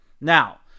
Now